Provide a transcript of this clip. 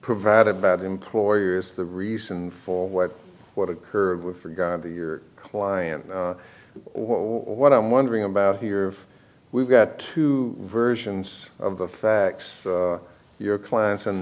provided about employers the reason for what what occurred with forgot to your client what i'm wondering about here we've got two versions of the facts your clients and